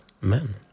men